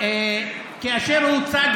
כאשר הוצג,